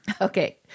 Okay